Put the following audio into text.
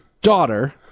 daughter